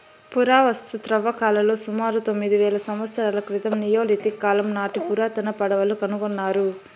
పురావస్తు త్రవ్వకాలలో సుమారు తొమ్మిది వేల సంవత్సరాల క్రితం నియోలిథిక్ కాలం నాటి పురాతన పడవలు కనుకొన్నారు